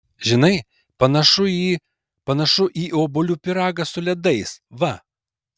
žinai panašu į panašu į obuolių pyragą su ledais va